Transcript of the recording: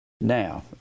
Now